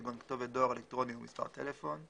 כגון כתובת דואר אלקטרוני ומספר טלפון,